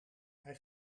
hij